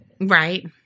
Right